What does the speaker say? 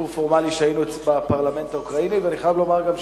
יש מקומות רבים בחבר המדינות,